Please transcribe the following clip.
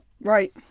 Right